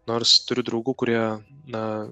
nors turiu draugų kurie na